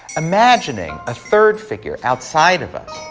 imagining a third figure outside of us.